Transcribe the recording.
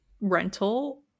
rental